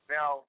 Now